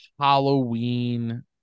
Halloween